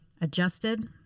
adjusted